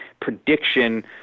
prediction